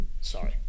Sorry